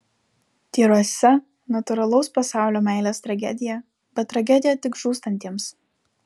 tyruose natūralaus pasaulio meilės tragedija bet tragedija tik žūstantiems